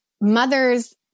mothers